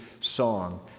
song